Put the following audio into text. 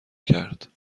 کرد